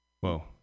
Whoa